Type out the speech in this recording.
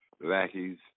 lackeys